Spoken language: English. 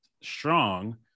strong